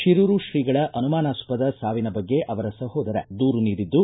ಶಿರೂರು ಶ್ರೀಗಳ ಅನುಮಾನಾಸ್ಪದ ಸಾವಿನ ಬಗ್ಗೆ ಅವರ ಸಹೋದರ ದೂರು ನೀಡಿದ್ದು